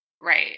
right